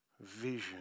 Vision